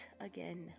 again